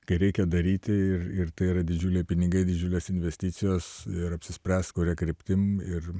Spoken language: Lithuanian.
kai reikia daryti ir ir tai yra didžiuliai pinigai didžiulės investicijos ir apsispręs kuria kryptim ir